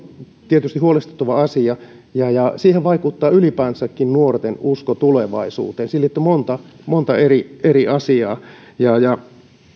tietysti huolestuttava asia siihen vaikuttaa ylipäänsäkin nuorten usko tulevaisuuteen ja siihen liittyy monta eri eri asiaa